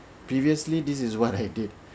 previously this is what I did